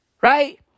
right